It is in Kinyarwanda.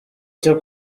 cyo